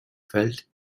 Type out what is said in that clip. felt